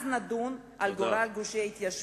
אז נדון על גורל גושי ההתיישבות.